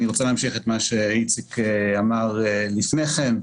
אני רוצה להמשיך את מה שאיציק אמר לפני כן.